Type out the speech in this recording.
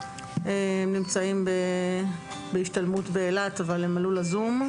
הם נמצאים בהשתלמות באילת אבל הם עלו לזום.